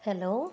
hello